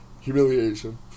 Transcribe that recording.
humiliation